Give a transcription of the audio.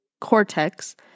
cortex